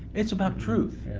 it's about truth.